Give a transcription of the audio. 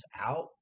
out